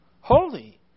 holy